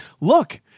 look